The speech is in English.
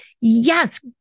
Yes